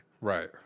Right